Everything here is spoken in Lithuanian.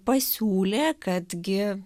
pasiūlė kad gi